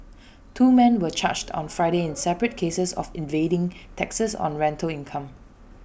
two men were charged on Friday in separate cases of evading taxes on rental income